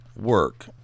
work